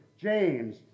James